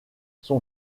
son